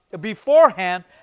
beforehand